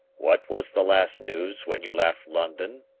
what was the last news when you left london?